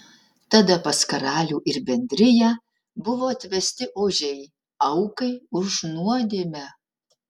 tada pas karalių ir bendriją buvo atvesti ožiai aukai už nuodėmę